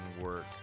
work